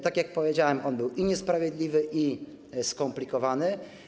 Tak jak powiedziałem, on był i niesprawiedliwy, i skomplikowany.